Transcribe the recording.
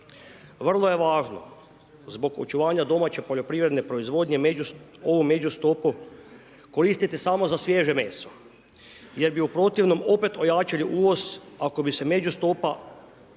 Vrlo je važno, zbog očuvanje domaće poljoprivredne proizvodnje, ovu među stopu, koristiti samo za sviježe meso, jer bi u protivnom opet ojačali uvoz, ako bi se među stopa spustila